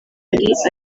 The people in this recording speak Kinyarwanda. paris